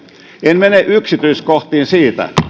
en mene yksityiskohtiin siitä